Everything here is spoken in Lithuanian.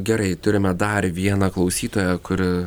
gerai turime dar vieną klausytoją kuri